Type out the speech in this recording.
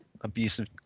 abusive